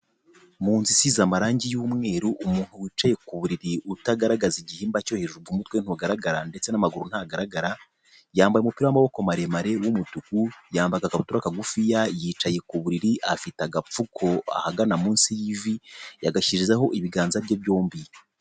Mu nzu isize amarangi y'umweru, umuntu wicaye ku buriri utagaragaza igihimba cyo hejuru, umutwe ntugaragara ndetse n'amaguru ntagaragara, yambaye umupira w'amaboko maremare w'umutuku, yambara agakabutura kagufiya, yicaye ku buriri afite agapfuko, ahagana munsi yagashyizeho ibiganza bye byombi.